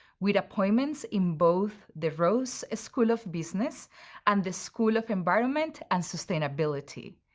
with appointments in both the ross school of business and the school of environment and sustainability.